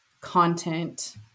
content